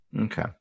Okay